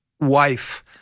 wife